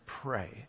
pray